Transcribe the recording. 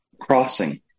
crossing